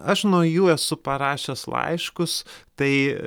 aš nuo jų esu parašęs laiškus tai